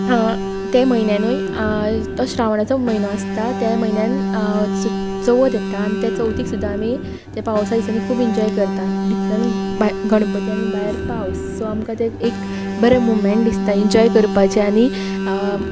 त्या म्हयन्यानूय तो श्रावणाचो म्हयनो आसता त्या म्हयन्यान चवथ येता आनी त्या चवथीक सुद्दां आमी त्या पावसा दिसांनी खूब एन्जॉय करता भितर गणपती आनी भायर पावस सो आमकां ते एक बरो मुवमेंट दिसता एन्जॉय करपाचें आनी